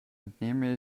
entnehme